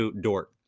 Dort